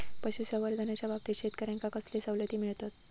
पशुसंवर्धनाच्याबाबतीत शेतकऱ्यांका कसले सवलती मिळतत?